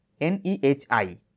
NEHI